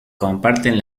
comparten